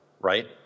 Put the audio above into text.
right